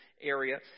area